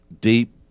deep